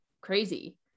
crazy